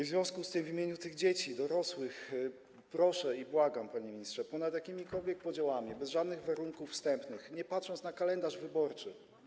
W związku z tym w imieniu tych dzieci, dorosłych proszę i błagam, panie ministrze, niech to będzie ponad jakimikolwiek podziałami, bez żadnych warunków wstępnych, bez patrzenia na kalendarz wyborczy.